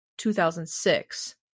2006